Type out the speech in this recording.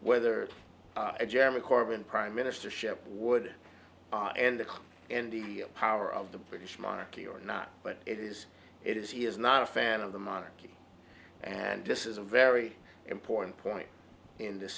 whether a german carbon prime ministership would end and the power of the british monarchy or not but it is it is he is not a fan of the monarchy and this is a very important point in this